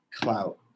clout